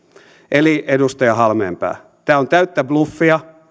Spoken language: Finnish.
eli edustaja halmeenpää tämä on täyttä bluffia